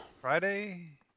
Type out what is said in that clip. Friday